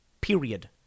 period